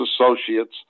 Associates